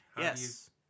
yes